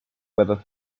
whether